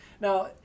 Now